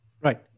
Right